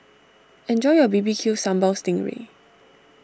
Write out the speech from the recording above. enjoy your B B Q Sambal Sting Ray